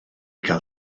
gael